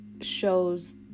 shows